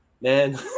Man